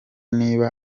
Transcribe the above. niba